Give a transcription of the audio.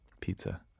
pizza